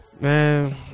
Man